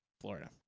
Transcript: Florida